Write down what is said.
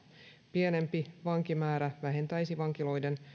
pienempi vankimäärä vähentäisi vankiloiden